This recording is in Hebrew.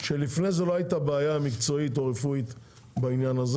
שלפני זה לא הייתה בעיה מקצועית או רפואית בעניין הזה.